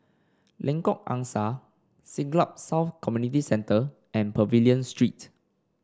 Lengkok Angsa Siglap South Community Centre and Pavilion Street